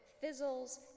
fizzles